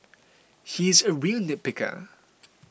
he is a real nitpicker